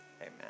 Amen